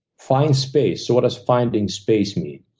find space. so what does finding space mean?